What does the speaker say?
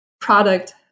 product